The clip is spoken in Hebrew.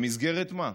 במסגרת מה?